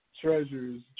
treasures